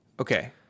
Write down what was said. Okay